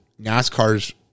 NASCAR's